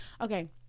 okay